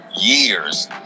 years